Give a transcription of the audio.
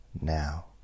now